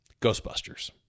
Ghostbusters